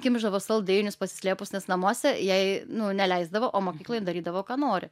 kimšdavo saldainius pasislėpus nes namuose jai nu neleisdavo o mokykloj ji darydavo ką nori